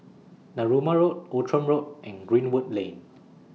Narooma Road Outram Road and Greenwood Lane